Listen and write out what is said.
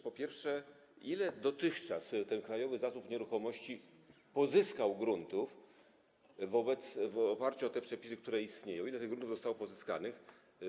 Po pierwsze: Ile dotychczas Krajowy Zasób Nieruchomości pozyskał gruntów w oparciu o te przepisy, które istnieją, ile tych gruntów zostało pozyskanych?